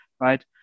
right